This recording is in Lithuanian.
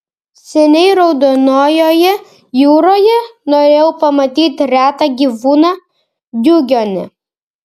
seniai raudonojoje jūroje norėjau pamatyti retą gyvūną diugonį